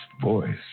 voice